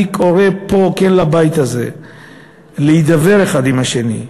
אני קורא פה לבית הזה כן להידבר אחד עם השני.